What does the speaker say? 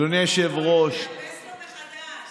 תאפס לו מחדש.